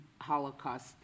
Holocaust